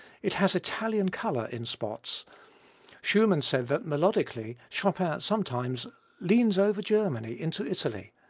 it has italian color in spots schumann said that, melodically, chopin sometimes leans over germany into italy